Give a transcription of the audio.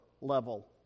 level